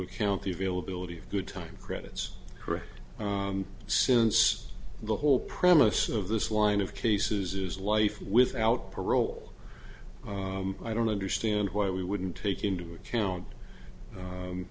account the availability of good time credits correct since the whole premise of this line of cases is life without parole i don't understand why we wouldn't take into account